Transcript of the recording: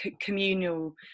communal